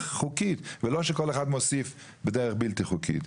חוקית ולא שכל אחד מוסיף בדרך בלתי חוקית.